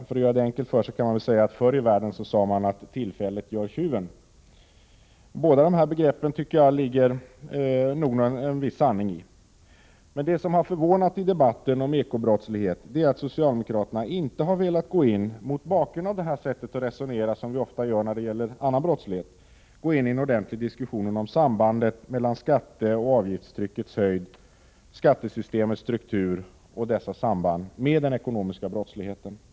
För att göra det enkelt för sig kan man säga att förr i världen sade man: Tillfället gör tjuven. Jag tycker att det bakom både dessa begrepp finns en viss sanning. Men det som förvånat i debatten om den ekonomiska brottsligheten är att socialdemokraterna mot bakgrunden av detta sätt att resonera inte på samma sätt som på andra områden velat gå in i en ordentlig diskussion om sambandet mellan å ena sidan skatteoch avgiftstryckets höjd, skattesystemets struktur och å andra sidan den ekonomiska brottsligheten.